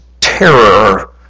terror